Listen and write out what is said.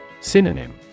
Synonym